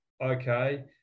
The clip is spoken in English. okay